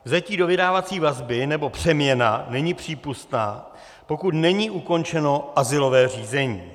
Vzetí do vydávací vazby nebo přeměna není přípustná, pokud není ukončeno azylové řízení.